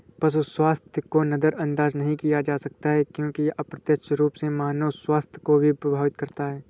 पशु स्वास्थ्य को नजरअंदाज नहीं किया जा सकता क्योंकि यह अप्रत्यक्ष रूप से मानव स्वास्थ्य को भी प्रभावित करता है